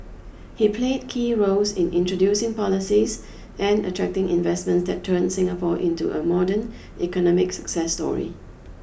he played key roles in introducing policies and attracting investments that turned Singapore into a modern economic success story